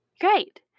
Great